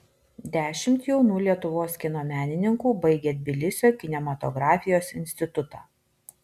dešimt jaunų lietuvos kino menininkų baigė tbilisio kinematografijos institutą